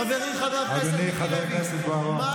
חברי חבר הכנסת מיקי לוי,